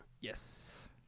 Yes